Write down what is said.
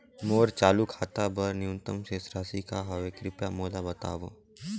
मोर चालू खाता बर न्यूनतम शेष राशि का हवे, कृपया मोला बतावव